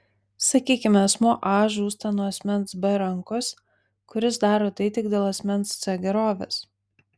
sakykime asmuo a žūsta nuo asmens b rankos kuris daro tai tik dėl asmens c gerovės